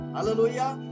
Hallelujah